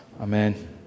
amen